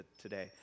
today